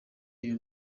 iyo